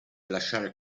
lasciare